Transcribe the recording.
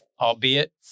albeit